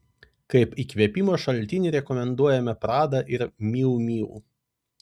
kaip įkvėpimo šaltinį rekomenduojame prada ir miu miu